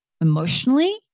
emotionally